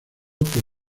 por